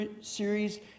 Series